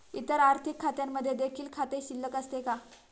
इतर आर्थिक खात्यांमध्ये देखील खाते शिल्लक असते का?